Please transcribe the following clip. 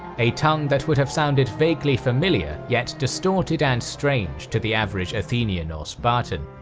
a tongue that would have sounded vaguely familiar, yet distorted and strange to the average athenian or spartan.